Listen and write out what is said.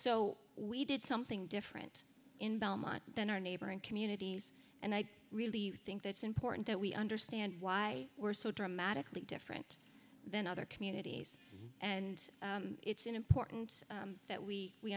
so we did something different in belmont than our neighboring communities and i really think that's important that we understand why we're so dramatically different than other communities and it's important that we